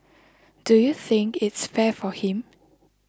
do you think its fair for him